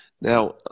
Now